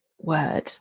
word